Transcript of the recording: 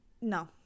no